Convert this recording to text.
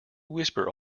whisper